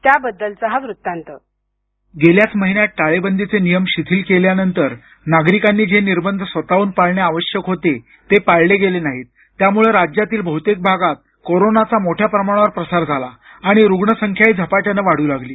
त्याबद्दलचा हा वृत्तांत ध्वनी गेल्याच महिन्यात टाळेबंदीचे नियम शिथिल केल्यानंतर नागरिकांनी जे निर्बंध स्वतःहून पाळणे आवश्यक होते ते पाळले गेले नाहीत त्यामुळं राज्यातील बहुतेक भागात कोरोनाचा मोठ्या प्रमाणावर प्रसार झाला आणि रुग्णसंख्याही झपाट्यानं वाढू लागली